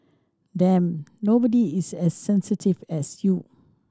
damn nobody is as sensitive as you